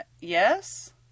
yes